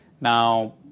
Now